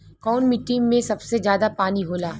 कौन मिट्टी मे सबसे ज्यादा पानी होला?